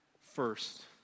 first